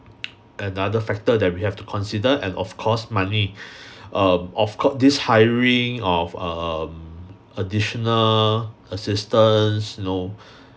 another factor that we have to consider and of course money err of course this hiring of um additional assistance you know